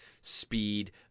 speed